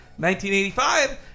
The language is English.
1985